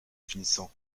finissant